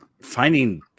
finding